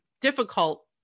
difficult